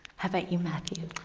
how about you, matthew?